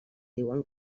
diuen